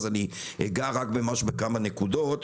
אז אגע רק ממש בכמה נקודות: